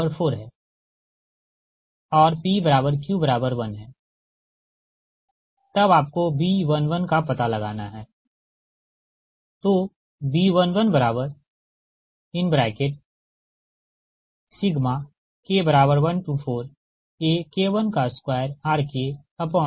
तो अब आपका NBR4 है और pq1है तब आपको B11का पता लगाना है